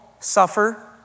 Suffer